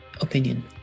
opinion